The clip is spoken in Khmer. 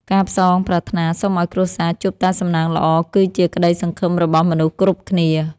ការផ្សងប្រាថ្នាសុំឱ្យគ្រួសារជួបតែសំណាងល្អ គឺជាក្តីសង្ឃឹមរបស់មនុស្សគ្រប់គ្នា។